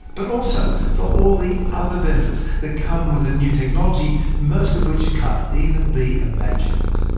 but also for all the other benefits that come with ah new technology, most of which can't even be imagined.